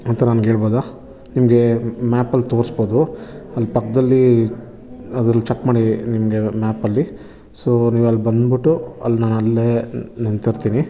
ಅಂತ ನನ್ಗೆ ಹೇಳ್ಬೋದಾ ನಿಮಗೆ ಮ್ಯಾಪಲ್ಲಿ ತೋರ್ಸ್ಬೋದು ಅಲ್ಲಿ ಪಕ್ಕದಲ್ಲಿ ಅದರಲ್ಲಿ ಚಕ್ ಮಾಡಿ ನಿಮಗೆ ಮ್ಯಾಪಲ್ಲಿ ಸೊ ನೀವಲ್ಲಿ ಬಂದ್ಬಿಟ್ಟು ಅಲ್ಲಿ ನಾನಲ್ಲೇ ನಿಂತಿರ್ತೀನಿ